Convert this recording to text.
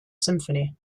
symphony